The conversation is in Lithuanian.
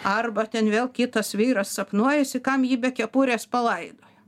arba ten vėl kitas vyras sapnuojasi kam jį be kepurės palaidojo